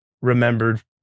remembered